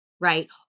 right